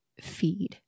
feed